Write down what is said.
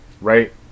right